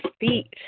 feet